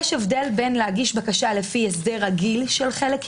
יש הבדל בין להגיש בקשה לפי הסדר רגיל של חלק י'